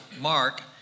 Mark